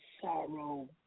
sorrow